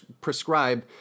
prescribe